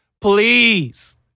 Please